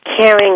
caring